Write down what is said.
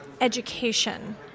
Education